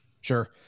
Sure